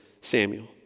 Samuel